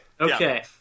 Okay